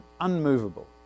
unmovable